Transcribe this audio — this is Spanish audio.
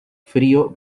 frío